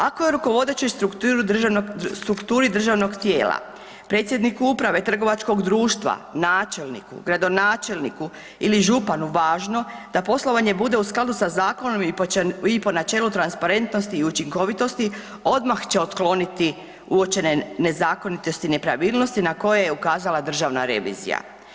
Ako je rukovodeću strukturi državnog tijela, predsjedniku uprave trgovačkog društva, načelniku, gradonačelniku ili županu važno da poslovanje bude u skladu sa zakonom i po načelu transparentnosti i učinkovitosti odmah će otkloniti uočene nezakonitosti i nepravilnosti na koje je ukazala Državna revizija.